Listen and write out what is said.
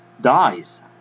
dies